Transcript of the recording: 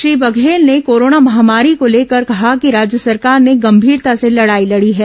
श्री बघेल ने कोरोना महामारी को लेकर कहा कि राज्य सरकार ने गंभीरता से लड़ाई लड़ी है